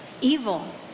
evil